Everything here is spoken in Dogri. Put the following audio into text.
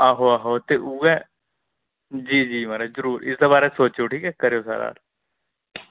आहो आहो ते उ'यै जी जी महाराज जरूर इसदे बारे सोचेओ ठीक ऐ करेओ सारा